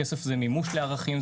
כסף זה מימוש לערכים,